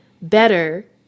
better